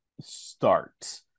start